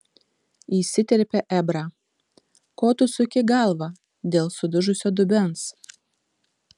įsiterpė ebrą ko tu suki galvą dėl sudužusio dubens